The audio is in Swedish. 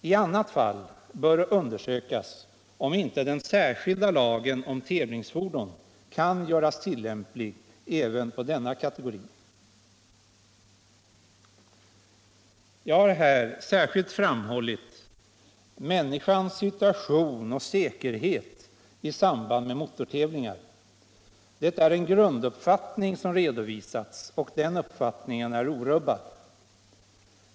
I annat fall bör det undersökas om inte den särskilda lagen om tävlingsfordon kan göras tillämplig även på denna kategori. Jag har här särskilt framhållit människans situation och säkerhet i samband med motortävlingar. Det är en grunduppfattning som redovisats, och den uppfattningen är orubbad.